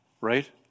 right